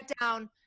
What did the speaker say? down